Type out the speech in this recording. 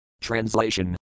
Translation